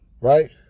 Right